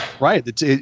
Right